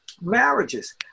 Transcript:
marriages